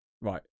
right